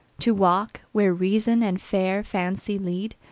to walk where reason and fair fancy lead,